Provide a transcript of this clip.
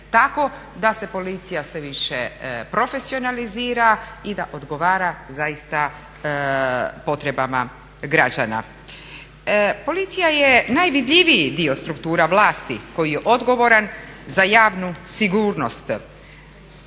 tako da se policija sve više profesionalizira i da odgovara zaista potrebama građana. Policija je najvidljiviji dio struktura vlasti koji je odgovoran za javnu sigurnost.